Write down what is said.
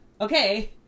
okay